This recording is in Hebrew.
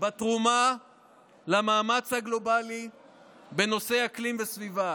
בתרומה למאמץ הגלובלי בנושאי אקלים וסביבה.